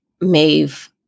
Maeve